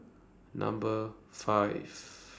Number five